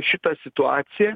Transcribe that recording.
šitą situaciją